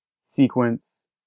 sequence